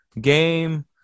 game